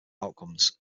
outcomes